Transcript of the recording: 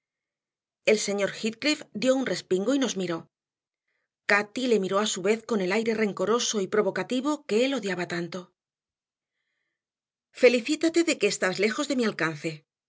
el señor heathcliff dio un respingo y nos miró cati le miró a su vez con el aire rencoroso y provocativo que él odiaba tanto felicítate de que estás lejos de mi alcance